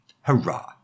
hurrah